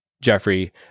Jeffrey